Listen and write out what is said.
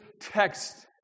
text